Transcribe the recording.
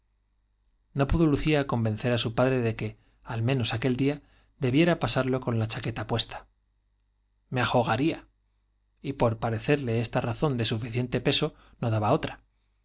no pudo lucía convencer á su padre de que a menos aquel día debiera pasarlo con la chaqueta puesta me ajgaría y por parecerle esta razón de suficiente peso no daba otra